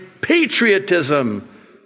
patriotism